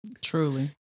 Truly